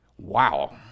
Wow